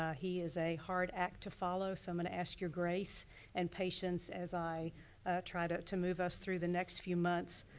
ah he is a hard act to follow, so i'm gonna ask your grace and patience as i try to to move us through the next few months.